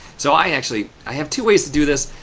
so, i actually i have two ways to do this.